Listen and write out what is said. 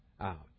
out